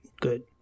Good